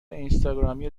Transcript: اینستاگرامی